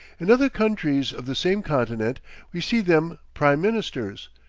in other countries of the same continent we see them prime ministers,